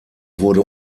wurde